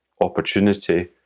opportunity